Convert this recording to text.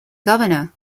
governor